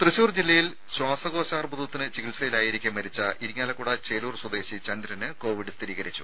രെട ജില്ലയിൽ ശ്വാസകോശാർബുദത്തിന് ത്വശൂർ ചികിത്സയിലായിരിക്കെ മരിച്ച ഇരിങ്ങാലക്കുട ചേലൂർ സ്വദേശി ചന്ദ്രന് കോവിഡ് സ്ഥിരീകരിച്ചു